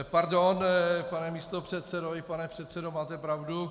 Pardon, pane místopředsedo i pane předsedo, máte pravdu.